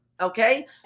Okay